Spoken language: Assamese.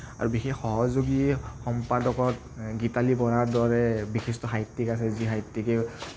আৰু বিশেষ সহযোগী সম্পাদকত গীতালী বৰাৰ দৰে বিশিষ্ট সাহিত্যিক আছে যি সাহিত্যিকে